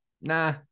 Nah